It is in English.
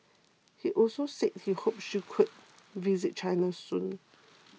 he also said he hoped she could visit China soon